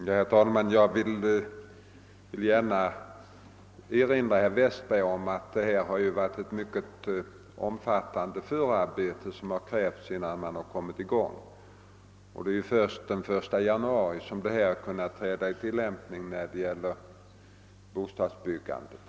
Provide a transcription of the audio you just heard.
Herr talman! Jag vill gärna erinra herr Westberg i Ljusdal om att ett mycket omfattande förarbete har krävts innan man har kunnat komma i gång. Först den 1 januari 1970 började reglerna tillämpas för bostadsbyggandet.